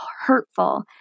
hurtful